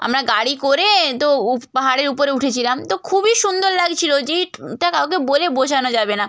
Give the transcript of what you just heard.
আমরা গাড়ি করে তো উপ পাহাড়ে উপরে উঠেছিলাম তো খুবই সুন্দর লাগছিলো যেইটটা কাউকে বলে বোঝানো যাবে না